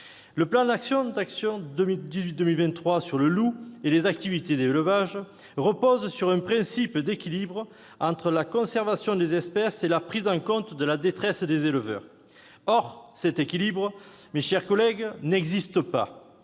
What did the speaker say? national d'actions 2018-2023 sur le loup et les activités d'élevage repose sur un principe d'équilibre entre la conservation des espèces et la prise en compte de la détresse des éleveurs. Or cet équilibre n'existe pas,